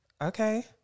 Okay